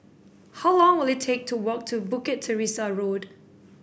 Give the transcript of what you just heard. how long will it take to walk to Bukit Teresa Road